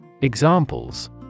Examples